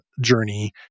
journey